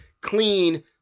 clean